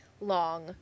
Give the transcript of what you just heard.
long